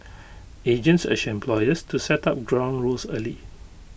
agents urged employers to set up ground rules early